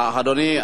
אדוני,